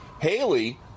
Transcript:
Haley